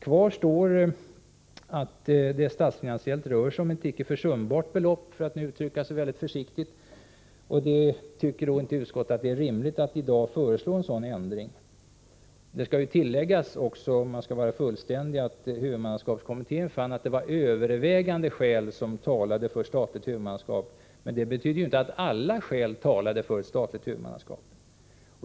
Kvar står att det statsfinansiellt rör sig om ett icke försumbart belopp, för att uttrycka sig mycket försiktigt. Därför tycker inte utskottet att det är rimligt att i dag föreslå en ändring. Det skall tilläggas också, om man skall vara fullständig, att huvudmannaskapskommittén fann att det var övervägande skäl som talade för statligt huvudmannaskap. Men det betyder inte att alla skäl talade för ett statligt huvudmannaskap.